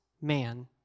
man